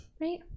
Right